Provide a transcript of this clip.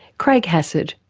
craig hassad